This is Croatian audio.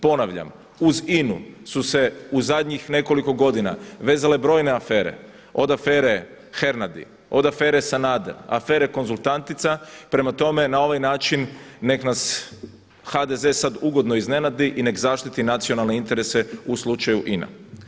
Ponavljam, uz INA-u su se u zadnjih nekoliko godina vezale brojne afere, od afere Hernady, od afere Sanader, afere konzultantica, prema tome na ovaj način neka nas HDZ sad ugodno iznenadi i neka zaštiti nacionalne interese u slučaju INA.